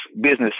business